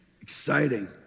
exciting